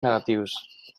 negatius